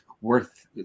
worth